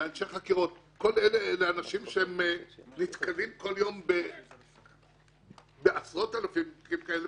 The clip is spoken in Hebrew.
באנשי חקירות כל אלה הם אנשים שנתקלים כל יום בעשרות אלפים כאלה,